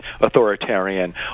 authoritarian